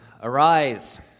Arise